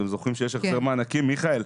מיכאל,